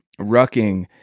rucking